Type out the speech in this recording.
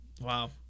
Wow